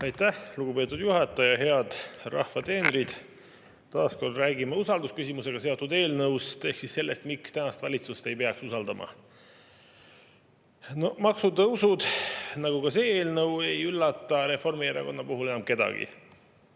Aitäh, lugupeetud juhataja! Head rahva teenrid! Taas kord räägime usaldusküsimusega seotud eelnõust ehk siis sellest, miks tänast valitsust ei peaks usaldama. Maksutõusud, nagu ka see eelnõu ei üllata Reformierakonna puhul enam kedagi.